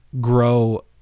grow